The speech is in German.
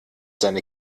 seine